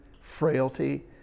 frailty